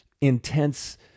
intense